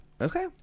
Okay